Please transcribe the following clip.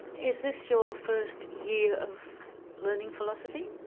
is this your first year of learning philosophy?